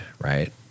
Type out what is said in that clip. right